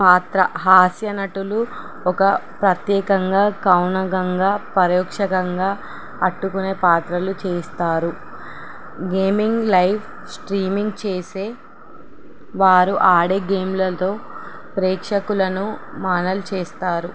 పాత్ర హాస్య నటులు ఒక ప్రత్యేకంగా కౌనగంగా పరోక్షకంగా ఆకట్టుకునే పాత్రలు చేస్తారు గేమింగ్ లైవ్ స్ట్రీమింగ్ చేసే వారు ఆడే గేమ్లతో ప్రేక్షకులను మానలు చేస్తారు